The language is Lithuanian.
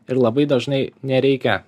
ir labai dažnai nereikia